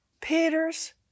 Peter's